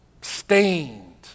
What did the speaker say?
stained